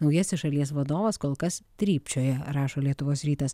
naujasis šalies vadovas kol kas trypčioja rašo lietuvos rytas